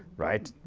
right?